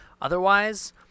Otherwise